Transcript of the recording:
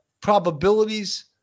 probabilities